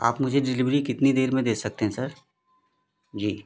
आप मुझे डिलीवरी कितनी देर में दे सकते हैं सर जी